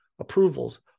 approvals